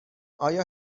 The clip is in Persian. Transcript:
آیا